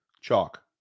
Chalk